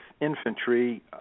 infantry